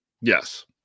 Yes